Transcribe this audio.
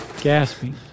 gasping